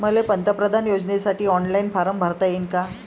मले पंतप्रधान योजनेसाठी ऑनलाईन फारम भरता येईन का?